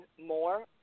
more